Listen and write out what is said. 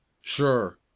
Sure